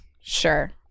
Sure